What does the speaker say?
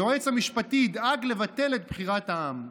היועץ המשפטי ידאג לבטל את בחירת העם.